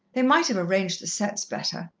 they might have arranged the setts better.